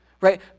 right